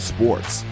Sports